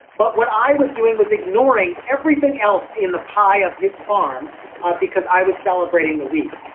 but what i was doing was ignoring everything else in the pie of his farm because i was celebrating the wheat.